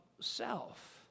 self